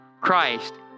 Christ